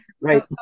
Right